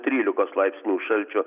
trylikos laipsnių šalčio